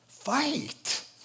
Fight